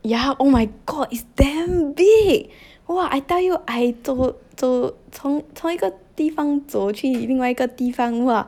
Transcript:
yeah oh my god it's damn big !wah! I tell you I 走走从从一个地方走去另外一个地方 !wah!